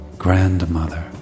grandmother